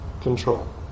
control